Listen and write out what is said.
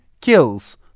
kills